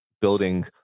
building